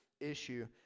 issue